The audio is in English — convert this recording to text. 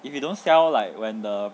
if you don't sell like when the